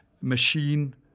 machine